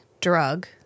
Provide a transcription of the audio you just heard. drug